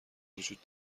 وجود